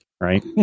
Right